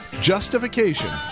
Justification